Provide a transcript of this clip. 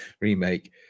remake